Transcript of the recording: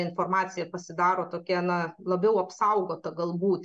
informacija pasidaro tokia na labiau apsaugota galbūt